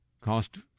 Cost